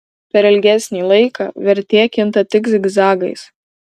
per ilgesnį laiką vertė kinta tik zigzagais